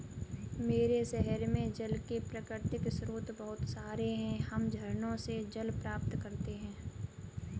मेरे शहर में जल के प्राकृतिक स्रोत बहुत सारे हैं हम झरनों से जल प्राप्त करते हैं